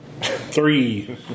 Three